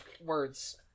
words